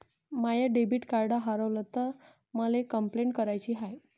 माय debit card हारवल तर मले कंपलेंट कराची हाय